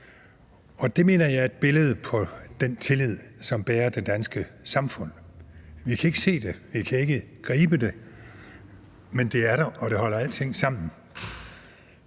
Det mener jeg er et billede på den tillid, som bærer det danske samfund; vi kan ikke se det, vi kan ikke gribe det, men det er der, og det holder alting sammen.